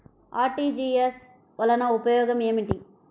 RTGS వలన ఉపయోగం ఏమిటీ?